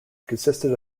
consisted